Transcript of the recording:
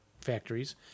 Factories